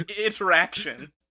interaction